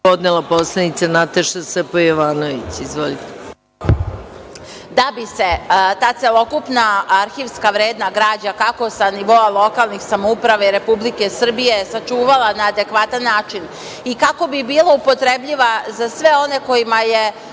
podnela poslanica Nataša Sp. Jovanović. Izvolite. **Nataša Jovanović** Da bi se ta celokupna arhivska vredna građa, kako sa nivoa lokalnih samouprava i Republike Srbije sačuvala na adekvatan način i kako bi bila upotrebljiva za sve one kojima je